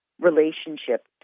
relationship